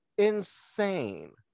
insane